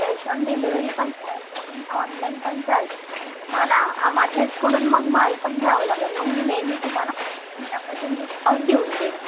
cash on delivery पण चालते आणि ऑनलाईन पण चालते पण तुम्हाला माझ्याचकडून मग माल पण घ्यावं लागेन मग मी नेहमी तुम्हाला पंधरा पर्सेंट डिस्काउंट देऊन देईन